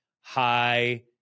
high